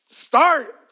Start